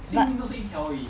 but